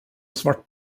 svart